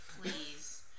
Please